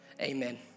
amen